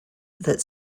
that